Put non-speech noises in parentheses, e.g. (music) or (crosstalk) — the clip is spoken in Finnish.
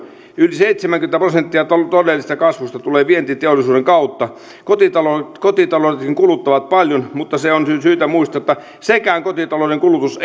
yli seitsemänkymmentä prosenttia todellisesta kasvusta tulee vientiteollisuuden kautta kotitaloudet kuluttavat paljon mutta se on syytä muistaa että sekään kotitalouden kulutus (unintelligible)